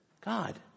God